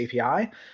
API